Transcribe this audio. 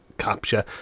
capture